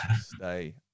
stay